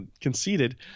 conceited